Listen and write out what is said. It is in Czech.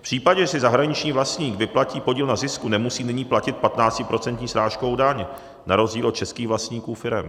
V případě, že si zahraniční vlastník vyplatí podíl na zisku, nemusí nyní platit patnáctiprocentní srážkovou daň, na rozdíl od českých vlastníků firem.